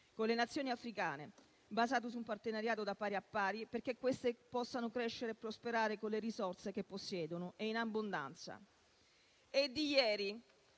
con le Nazioni africane, basato su un partenariato da pari a pari perché queste possano crescere e prosperare con le risorse che possiedono e in abbondanza.